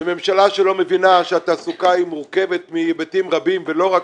בממשלה שלא מבינה שהתעסוקה מורכבת מהיבטים רבים ולא רק